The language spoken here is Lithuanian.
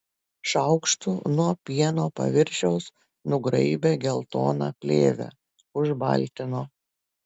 šaukštu nuo pieno paviršiaus nugraibė geltoną plėvę užbaltino